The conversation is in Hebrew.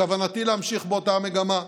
בכוונתי להמשיך באותה מגמה.